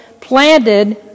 planted